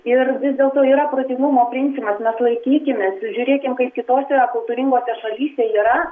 ir vis dėlto yra protingumo principas mes laikykimės žiūrėkim kaip kitose kultūringose šalyse yra